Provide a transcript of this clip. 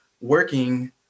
working